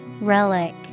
Relic